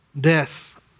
death